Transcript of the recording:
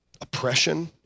oppression